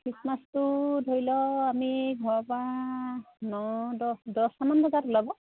খ্ৰীষ্টমাছটো ধৰি লওক আমি ঘৰৰপৰা ন দহ দহটামান বজাত ওলাব